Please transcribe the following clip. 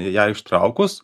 ją ištraukus